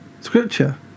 scripture